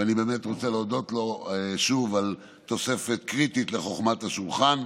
ואני באמת רוצה להודות לו שוב על תוספת קריטית לחוכמת השולחן.